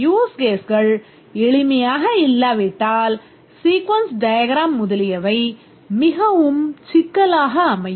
use கேஸ்கள் எளிமையாக இல்லாவிட்டால் sequence diagram முதலியவை மிகவும் சிக்கலாக அமையும்